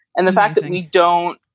and the fact that and we don't.